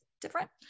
Different